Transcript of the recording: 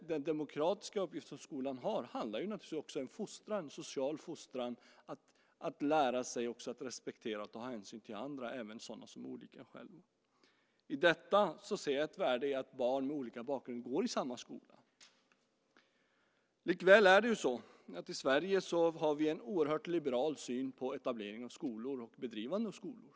Den demokratiska uppgift som skolan har handlar naturligtvis också om social fostran, om att också lära sig att respektera och att ta hänsyn till andra, även till dem som är olika en själv. Där ser jag ett värde i att barn med olika bakgrund går i samma skola. Likväl är det så att vi i Sverige har en oerhört liberal syn på etableringen av skolor och på bedrivandet av skolor.